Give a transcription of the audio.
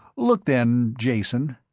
look, then, jason.